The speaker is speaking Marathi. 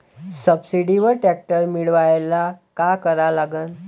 सबसिडीवर ट्रॅक्टर मिळवायले का करा लागन?